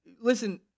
listen